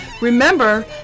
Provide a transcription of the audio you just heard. Remember